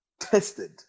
Tested